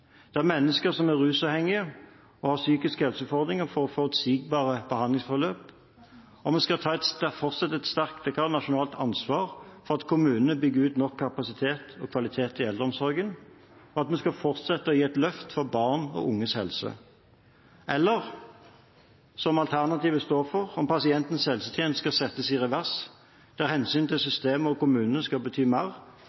systemet, der mennesker som er rusavhengige og har psykiske helseutfordringer, får forutsigbare behandlingsforløp, om vi skal fortsette et sterkt nasjonalt ansvar for at kommunene bygger ut nok kapasitet og kvalitet i eldreomsorgen, om vi skal fortsette å gi et løft for barn og unges helse – eller, som alternativet står for, om pasientens helsetjeneste skal settes i revers, der hensynet til